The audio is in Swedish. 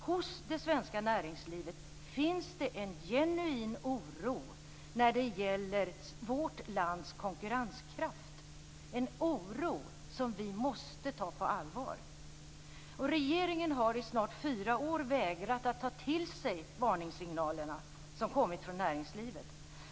Hos det svenska näringslivet finns en genuin oro när det gäller vårt lands konkurrenskraft - en oro vi måste ta på allvar. Regeringen har i snart fyra år vägrat att ta till sig varningssignalerna som kommit från näringslivet.